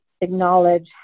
acknowledge